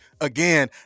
Again